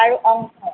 আৰু অংক